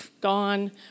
gone